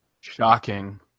Shocking